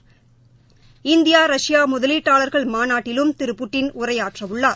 India Russia முதலீட்டாளர்கள் மாநாட்டிலும் Thiru Putin உரையாற்றவுள்ளார்